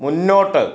മുന്നോട്ട്